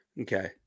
Okay